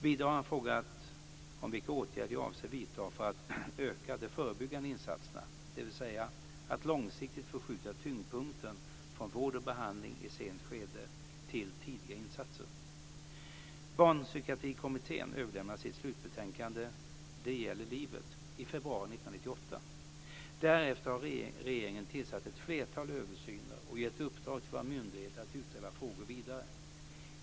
Vidare har han frågat om vilka åtgärder jag avser vidta för att öka de förebyggande insatserna, dvs. att långsiktigt förskjuta tyngdpunkten från vård och behandling i sent skede till tidiga insatser. Barnpsykiatrikommittén överlämnade sitt slutbetänkande Det gäller livet i februari 1998. Därefter har regeringen tillsatt ett flertal översyner och gett uppdrag till våra myndigheter att utreda frågor vidare.